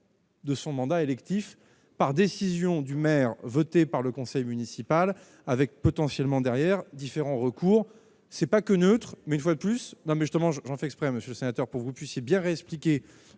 De son mandat électif, par décision du maire, votée par le conseil municipal avec potentiellement derrière différents recours c'est pas que neutre, mais une fois de plus, non, mais justement j'en fait exprès, monsieur sénateur pour vous puissiez bien expliqué